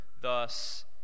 thus